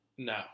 No